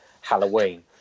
Halloween